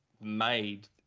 made